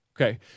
Okay